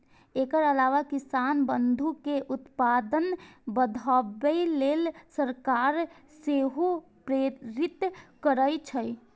एकर अलावा किसान बंधु कें उत्पादन बढ़ाबै लेल सरकार सेहो प्रेरित करै छै